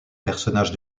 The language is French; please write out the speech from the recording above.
personnage